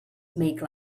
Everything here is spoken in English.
make